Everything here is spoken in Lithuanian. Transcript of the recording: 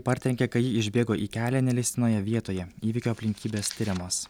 partrenkė kai ji išbėgo į kelią neleistinoje vietoje įvykio aplinkybės tiriamos